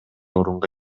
орунга